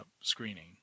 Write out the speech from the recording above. screening